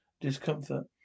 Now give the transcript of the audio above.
discomfort